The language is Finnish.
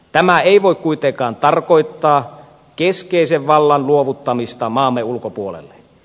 tämä ei voi kuitenkaan tarkoittaa keskeisen vallan luovuttamista maamme ulkopuolelle